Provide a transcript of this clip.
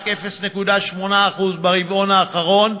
רק 0.8% ברבעון האחרון,